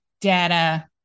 data